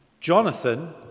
Jonathan